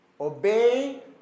Obey